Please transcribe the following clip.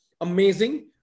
amazing